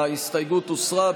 ההסתייגות הוסרה.